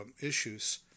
issues